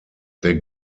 der